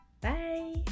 Bye